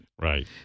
right